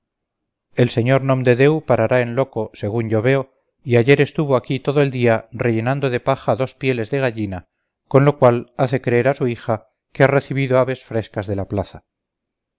el sr nomdedeu parará en loco según yo veo y ayer estuvo aquí todo el día rellenando de paja dos pieles de gallina con lo cual hace creer a su hija que ha recibido aves frescas de la plaza